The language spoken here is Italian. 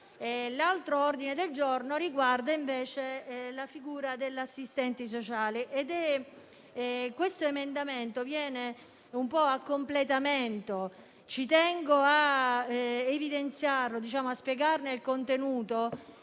L'altro ordine del giorno riguarda invece la figura dell'assistente sociale. L'emendamento in esame viene un po' a completamento e ci tengo a spiegarne il contenuto.